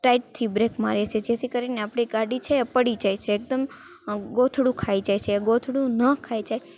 ટાઈટથી brake મારીએ છીએ જેથી કરીને આપણી ગાડી છે એ પડી જાય છે એકદમ ગોથડું ખાઈ જાય છે એ ગોથડું ન ખાઈ જાય